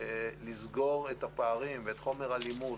לסגור את הפערים ואת חומר הלימוד